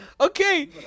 Okay